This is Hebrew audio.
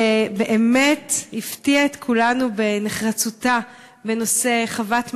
שבאמת הפתיעה את כולנו בנחרצותה בנושא חוות "מזור".